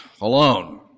alone